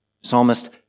psalmist